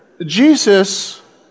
Jesus